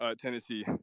Tennessee